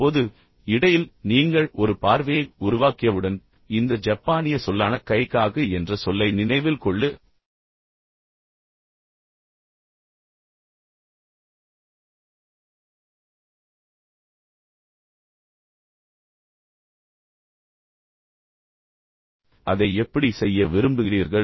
இப்போது இடையில் நீங்கள் ஒரு பார்வையை உருவாக்கியவுடன் இந்த ஜப்பானிய சொல்லான கைகாகு என்ற சொல்லை நினைவில் கொள்ளு எனவே நீங்கள் அதை எப்படி செய்ய விரும்புகிறீர்கள்